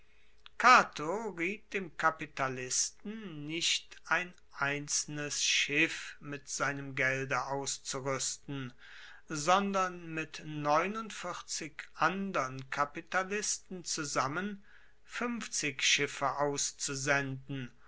cato riet dem kapitalisten nicht ein einzelnes schiff mit seinem gelde auszuruesten sondern mit neunundvierzig andern kapitalisten zusammen fuenfzig schiffe auszusenden